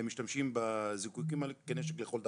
הם משתמשים בזיקוקין האלה כנשק לכל דבר,